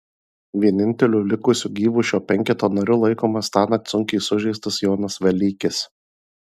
vieninteliu likusiu gyvu šio penketo nariu laikomas tąnakt sunkiai sužeistas jonas velykis